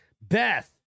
Beth